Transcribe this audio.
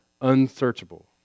unsearchable